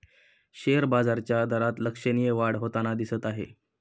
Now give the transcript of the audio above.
share बाजाराच्या दरात लक्षणीय वाढ होताना दिसत आहे